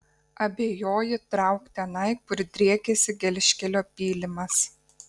abejoji trauk tenai kur driekiasi gelžkelio pylimas